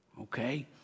Okay